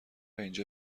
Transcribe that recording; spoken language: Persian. اینجا